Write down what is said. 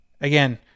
again